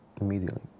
immediately